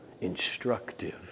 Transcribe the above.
instructive